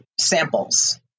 samples